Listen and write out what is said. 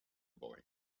boy